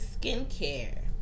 skincare